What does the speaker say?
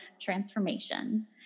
transformation